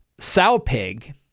Sowpig